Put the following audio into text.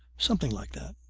something like that.